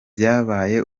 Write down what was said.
vyabaye